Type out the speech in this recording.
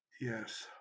Yes